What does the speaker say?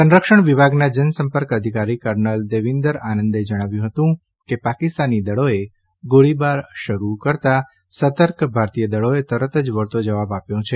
સંરક્ષણ વિભાગના જનસંપર્ક અધિકારી કર્નલ દેવીન્દર આનંદે જણાવ્યું હતું કે પાકિસ્તાની દળોએ ગોળીબાર શરૂ કરતાં સતર્ક ભારતીય દળોએ તરત જ વળતો જવાબ આપ્યો છે